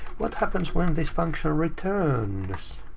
what happens when this function returns?